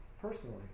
personally